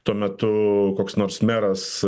tuo metu koks nors meras